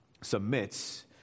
submits